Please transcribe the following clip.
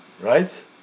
right